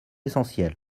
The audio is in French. essentiels